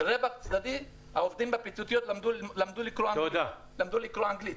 רווח צדדי של העובדים בפיצוציות הוא שהם למדו לקרוא אנגלית.